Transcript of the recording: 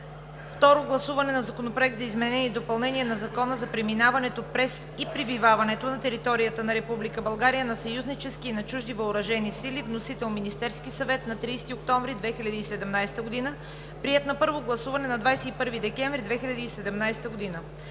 Второ гласуване на Законопроекта за изменение и допълнение на Закона за преминаването през и пребиваването на територията на Република България на съюзнически и на чужди въоръжени сили. Вносител – Министерският съвет, 31 октомври 2017 г. Приет на първо гласуване на 21 декември 2017 г.